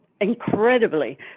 incredibly